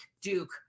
Duke